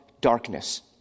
darkness